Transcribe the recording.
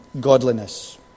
godliness